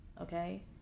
Okay